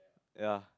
ya